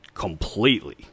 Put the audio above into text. Completely